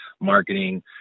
marketing